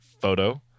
photo